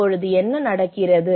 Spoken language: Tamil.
இப்போது என்ன நடக்கிறது